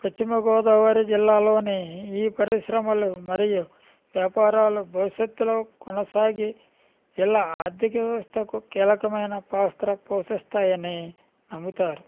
పశ్చిమ గోదావరి జిల్లాలోని ఈ పరిశ్రమలు మరియు వ్యాపారాలు భవిషత్తులో కొనసాగి ఇలా ఆర్ధిక వ్యవస్థకు కీలకమైన పాత్ర పోషిస్తాయని నమ్ముతారు